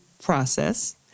process